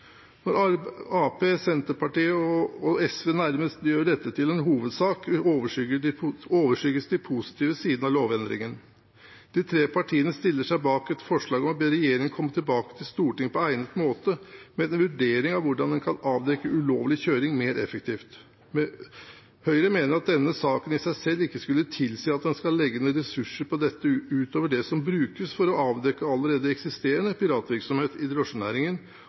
Når Arbeiderpartiet, Senterpartiet og SV nærmest gjør dette til en hovedsak, overskygges de positive sidene av lovendringen. De tre partiene stiller seg bak et forslag om å be regjeringen komme tilbake til Stortinget på egnet måte med en vurdering av hvordan en kan avdekke ulovlig kjøring mer effektivt. Høyre mener at denne saken i seg selv ikke skulle tilsi at en legger ned ressurser i dette utover det som allerede brukes for å avdekke eksisterende piratvirksomhet i drosjenæringen